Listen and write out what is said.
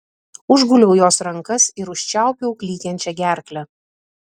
užguliau jos rankas ir užčiaupiau klykiančią gerklę